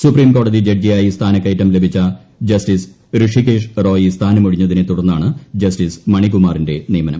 supreme കോടതി ജഡ്ജിയായി സ്ഥാനക്കയറ്റം ലഭിച്ച ജസ്റ്റിസ് ഋഷികേശ് റോയി സ്ഥാനമൊഴിഞ്ഞതിനെ തുടർന്നാണ് ജസ്റ്റിസ് മണികുമാറിന്റെ നിയമനം